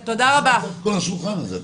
את כל השולחן הזה...